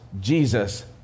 Jesus